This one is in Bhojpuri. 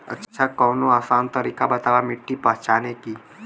अच्छा कवनो आसान तरीका बतावा मिट्टी पहचाने की?